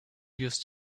used